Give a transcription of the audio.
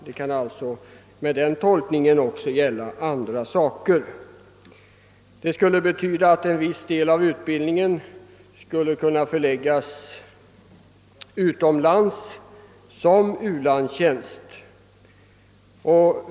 Det kan alltså med den tolkningen också gälla andra saker, vilket skulle betyda att en viss del av utbildningen skulle kunna förläggas utomlands som u-landstjänst.